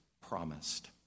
promised